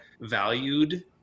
valued